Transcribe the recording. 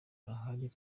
ahari